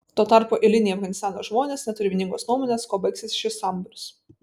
tuo tarpu eiliniai afganistano žmonės neturi vieningos nuomonės kuo baigsis šis sambūris